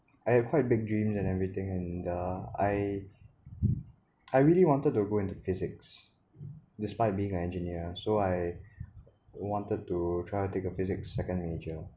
I have quite big dream and everything and uh I really wanted to go into physics despite being an engineer so I wanted to try and take a physics second major